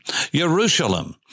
Jerusalem